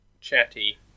chatty